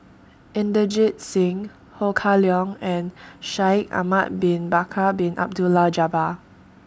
Inderjit Singh Ho Kah Leong and Shaikh Ahmad Bin Bakar Bin Abdullah Jabbar